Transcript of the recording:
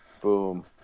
Boom